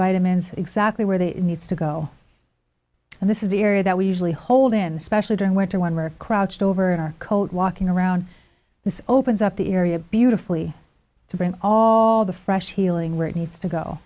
vitamins exactly where they needs to go and this is the area that we usually hold in especially during winter one where crouched over coat walking around this opens up the area beautifully to bring all the fresh healing where it needs to go